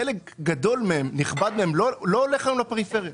חלק גדול לא הולך לפריפריה.